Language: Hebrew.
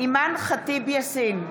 אימאן ח'טיב יאסין,